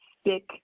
stick